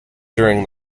during